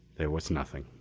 there was nothing.